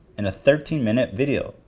in a thirteen minute video.